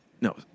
no